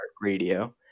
Radio